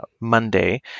Monday